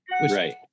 right